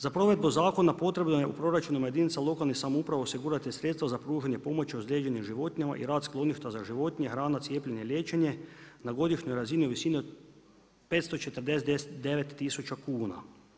Za provedbu zakona potrebno je u proračunima jedinica lokalnih samouprava osigurati sredstava za pružanje pomoći ozlijeđenim životinjama i rad skloništa za životinja, hrana, cijepljenje, liječenje, na godišnjoj razini u visini od 549000 kuna.